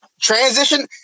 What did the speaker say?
transition